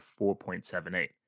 4.78